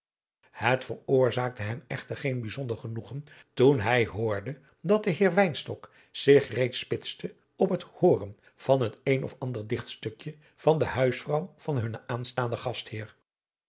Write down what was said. het veroorzaakte hem echter geen bijzonder genoegen toen hij hoorde dat de heer wynstok zich reeds spitste op het hooren van het een of ander dichtstukje van de huisvrouw van hunnen aanstaanden gastheer